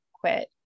quit